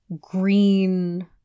green